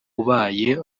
ubaye